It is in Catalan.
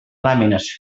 làmines